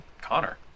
Connor